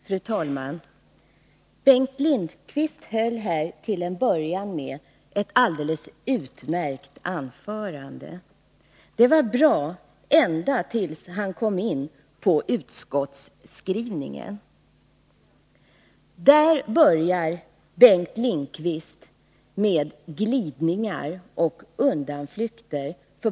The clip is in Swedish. Fru talman! Bengt Lindqvist höll till en början ett alldeles utmärkt anförande. Det var bra ända tills han kom in på utskottsskrivningen. Där började Bengt Lindqvist göra glidningar och undanflykter.